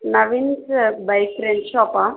Naveen sir bike rent షాపా